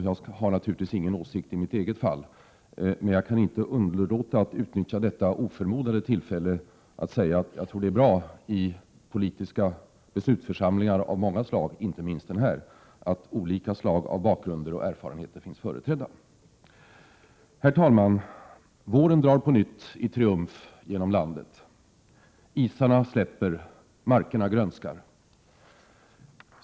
Jag har naturligtvis ingen åsikt i mitt eget fall, men jag kan inte underlåta att utnyttja detta oförmodade tillfälle att säga att jag tror det är bra i politiska beslutsförsamlingar av många slag, inte minst den här, att olika sorters bakgrunder och erfarenheter finns företrädda. Herr talman! Våren drar på nytt i triumf genom landet. Isarna släpper och markerna grönskar.